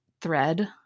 thread